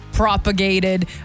Propagated